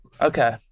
Okay